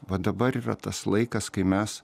va dabar yra tas laikas kai mes